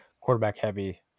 quarterback-heavy